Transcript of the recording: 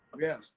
Yes